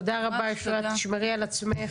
(2)מספר ההתראות שהתקבלו מאמצעי פיקוח טכנולוגי,